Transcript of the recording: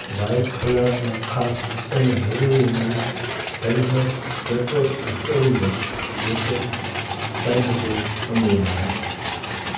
bike हलाइण लाइ ख़ासि रस्ते में ज़रूरी हूंदा आहिनि हेलमेट पेट्रोल टूल बॉक्स जेको टाइम ते कमु ईंदा आहिनि